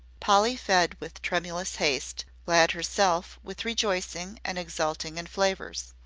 polly fed with tremulous haste glad herself with rejoicing and exulting in flavors.